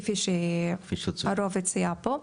כפי שהרוב הציע פה,